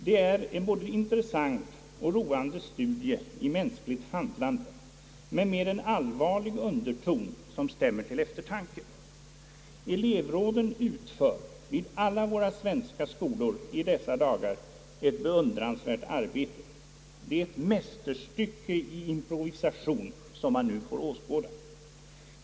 Det är en både intressant och roande studie i mänskligt handlande men med en allvarlig underton som stämmer till eftertanke. Flevråden utför vid alla våra svenska skolor i dessa dagar ett beundransvärt arbete. Det är ett mästerstycke i improvisation som man nu får skåda.